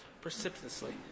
Precipitously